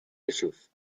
issues